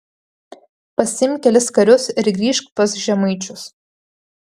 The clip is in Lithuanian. pasiimk kelis karius ir grįžk pas žemaičius